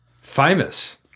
Famous